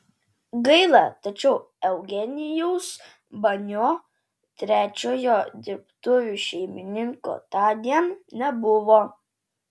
gaila tačiau eugenijaus banio trečiojo dirbtuvių šeimininko tądien nebuvo